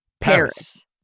Paris